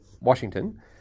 Washington